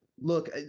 Look